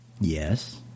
Yes